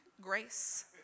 Grace